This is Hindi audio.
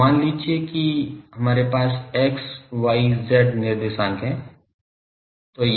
तो मान लीजिए कि हमारे पास x y z निर्देशांक है